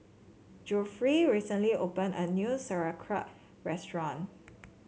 Geoffrey recently opened a new Sauerkraut restaurant